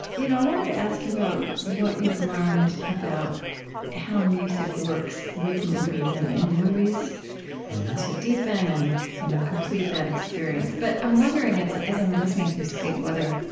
you know i wanted to ask you about what you've learned about how music works with movies and in movies to deepen and you know complete that experience. but i'm wondering, as ah as i'm listening to you speak, whether,